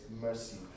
mercy